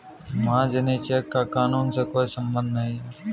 महाजनी चेक का कानून से कोई संबंध नहीं है